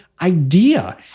idea